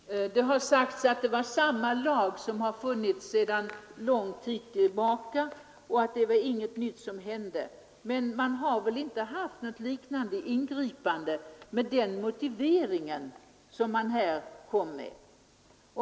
Herr talman! Det har sagts att samma lag har funnits sedan lång tid tillbaka och att det inte var något nytt som hände. Men det har väl inte tidigare gjorts något liknande ingripande med samma motivering som den man här kom med?